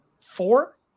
four